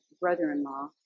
brother-in-law